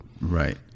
Right